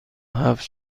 هفت